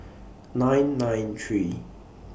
nine nine three